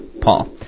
Paul